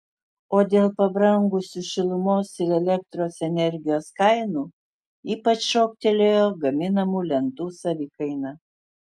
o dėl pabrangusių šilumos ir elektros energijos kainų ypač šoktelėjo gaminamų lentų savikaina